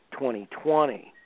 2020